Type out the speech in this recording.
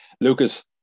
Lucas